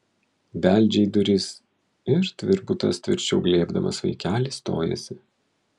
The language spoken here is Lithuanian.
beldžia į duris ir tvirbutas tvirčiau glėbdamas vaikelį stojasi